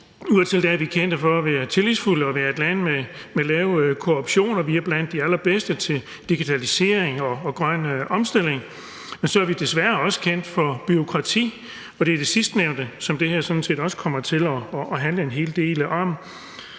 Udadtil er vi kendt for at være tillidsfulde og være et land med en lav korruption, og vi er blandt de allerbedste til digitalisering og grøn omstilling, men så er vi desværre også kendt for bureaukrati, og det er sådan set det sidstnævnte, som det her også kommer til at handle en hel del om.